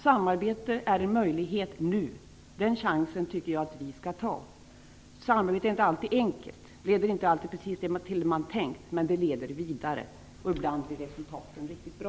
Samarbete är en möjlighet nu. Den chansen tycker jag att vi skall ta. Samarbete är inte alltid enkelt. Det leder inte alltid till precis det man har tänkt. Men det leder vidare, och ibland blir resultaten riktigt bra.